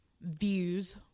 views